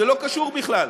זה לא קשור בכלל.